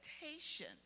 expectation